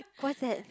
what's that